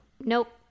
nope